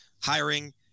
hiring